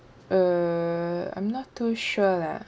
uh I'm not too sure leh